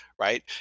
right